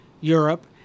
Europe